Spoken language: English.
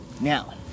now